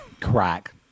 Crack